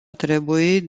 trebui